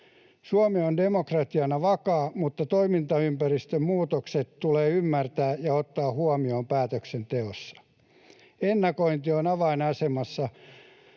Suomi on demokratiana vakaa, mutta toimintaympäristön muutokset tulee ymmärtää ja ottaa huomioon päätöksenteossa. Ennakointi on avainasemassa